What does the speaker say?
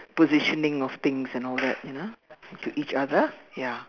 positioning of things and all that you know to each other ya